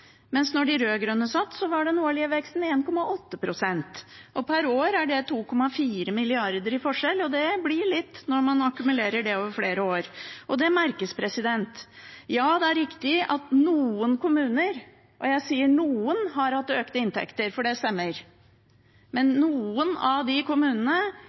mens da de rød-grønne satt, var den årlige veksten på 1,8 pst. Per år er det 2,4 mrd. kr i forskjell, og det blir litt når man akkumulerer det over flere år. Det merkes. Det er riktig at noen kommuner – og jeg sier noen – har hatt økte inntekter, for det stemmer. Men for noen av kommunene